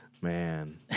man